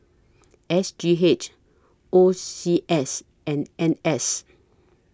S G H O C S and N S